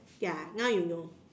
ya now you know